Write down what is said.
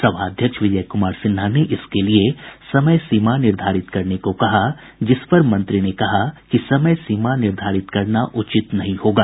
सभाध्यक्ष विजय कुमार सिन्हा ने इसके लिये समय सीमा निर्धारित करने को कहा जिस पर मंत्री ने कहा कि समय सीमा निर्धारित करना उचित नहीं होगा